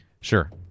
Sure